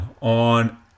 On